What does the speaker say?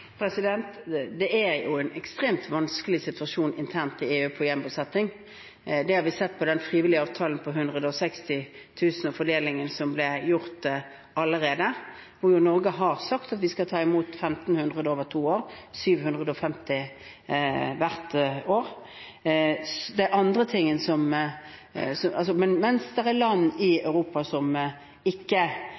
Det er jo en ekstremt vanskelig situasjon internt i EU når det gjelder gjenbosetting. Det har vi sett i den frivillige avtalen på 160 000 kvoteflyktninger og fordelingen som er gjort allerede. Norge har sagt at vi skal ta imot 1 500 over to år – 750 hvert år – mens det er land i Europa som ikke har vært så villige til å ta imot. Det er